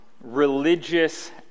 religious